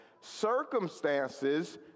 Circumstances